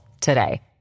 today